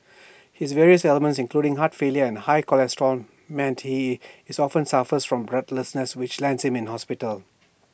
his various ailments including heart failure and high cholesterol meant he is often suffers from breathlessness which lands him in hospital